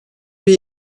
bir